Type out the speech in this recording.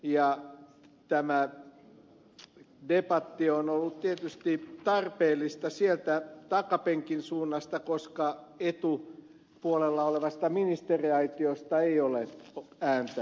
ja tämä debatti on ollut tietysti tarpeellista sieltä takapenkin suunnasta koska etupuolella olevasta ministeriaitiosta ei ole ääntä kuulunut